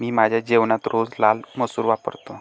मी माझ्या जेवणात रोज लाल मसूर वापरतो